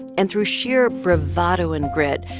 and through sheer bravado and grit,